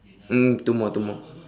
mm two more two more